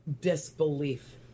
disbelief